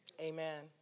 Amen